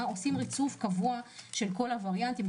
עושים ריצוף קבוע של כל הווארינטים.